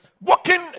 walking